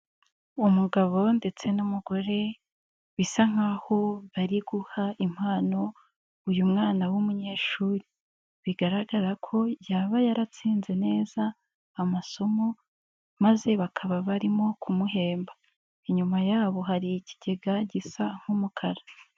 Umugabo ndetse n'umugore bisa nkaho bari guha impano uyu mwana w'umunyeshuri, bigaragara ko yaba yaratsinze neza amasomo maze bakaba barimo kumuhemba, inyuma yabo hari ikigega gisa nk'umukara.